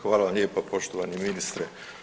Hvala vam lijepa poštovani ministre.